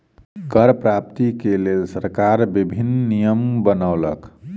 कर प्राप्ति के लेल सरकार विभिन्न नियम बनौलक